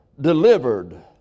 delivered